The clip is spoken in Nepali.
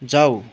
जाऊ